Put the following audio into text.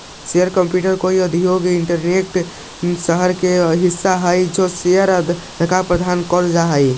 share capital कोई उद्योग के इक्विटी या शहर के उ हिस्सा हई जे शेयरधारक के प्रदान कैल जा हई